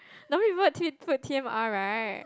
some people actually put T M R right